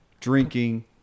drinking